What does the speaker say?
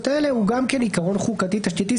האלה הוא גם כן עיקרון חוקתי תשתיתי.